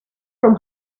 from